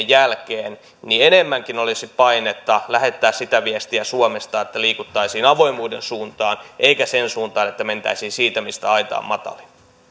jälkeen enemmänkin olisi painetta lähettää suomesta sitä viestiä että liikuttaisiin avoimuuden suuntaan eikä sen suuntaan että mentäisiin siitä mistä aita on matalin